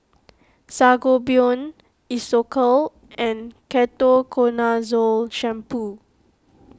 Sangobion Isocal and Ketoconazole Shampoo